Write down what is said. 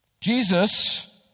Jesus